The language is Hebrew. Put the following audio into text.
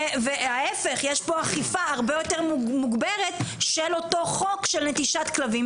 ההפך: יש פה אכיפה הרבה יותר מוגברת של אותו חוק של נטישת כלבים,